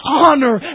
honor